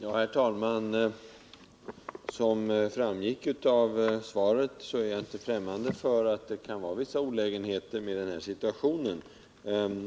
Herr talman! Som framgick av svaret är jag inte främmande för att det kan vara vissa olägenheter förknippade med denna situation.